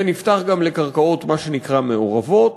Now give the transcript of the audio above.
זה נפתח גם לקרקעות, מה שנקרא, מעורבות,